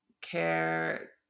care